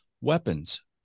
weapons